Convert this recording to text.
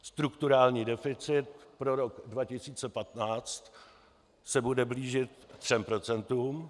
Strukturální deficit pro rok 2015 se bude blížit 3 %.